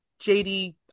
jd